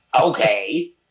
Okay